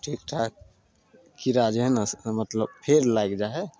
ठीक ठाक कीड़ा जे हइ ने से मतलब फेर लागि जाइ हइ